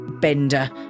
bender